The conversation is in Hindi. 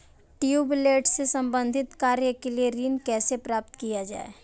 ट्यूबेल से संबंधित कार्य के लिए ऋण कैसे प्राप्त किया जाए?